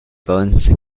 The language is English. bones